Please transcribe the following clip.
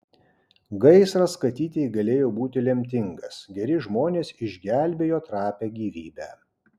gaisras katytei galėjo būti lemtingas geri žmonės išgelbėjo trapią gyvybę